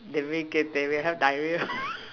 the wait get diarrhea have diarrhea